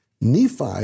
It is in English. Nephi